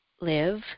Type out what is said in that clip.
live